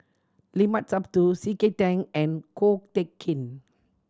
Limat Sabtu C K Tang and Ko Teck Kin